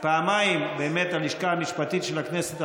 פעמיים באמת הלשכה המשפטית של הכנסת,